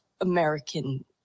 american